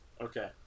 Okay